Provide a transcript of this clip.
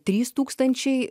trys tūkstančiai